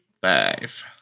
five